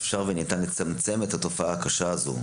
אפשר וניתן לצמצם את התופעה הקשה הזו.